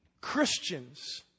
Christians